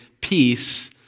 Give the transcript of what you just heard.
peace